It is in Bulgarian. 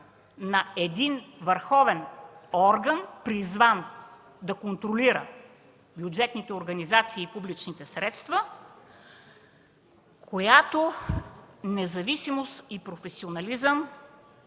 на един върховен орган, призван да контролира бюджетните организации и публичните средства, в които независимост и професионализъм